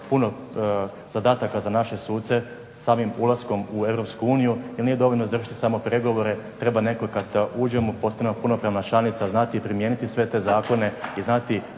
puno zadataka za naše suce samim ulaskom u Europsku uniju, jer nije dovoljno izvršiti samo pregovore, treba …/Ne razumije se./… uđemo, postanemo punopravna članica znati i primijeniti sve te zakone, i znati